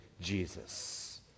Jesus